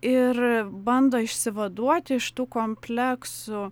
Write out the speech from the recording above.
ir bando išsivaduoti iš tų kompleksų